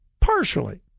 Partially